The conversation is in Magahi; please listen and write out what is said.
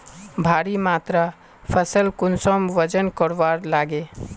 भारी मात्रा फसल कुंसम वजन करवार लगे?